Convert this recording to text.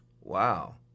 Wow